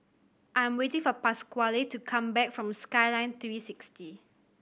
I'm waiting for Pasquale to come back from Skyline Three Sixty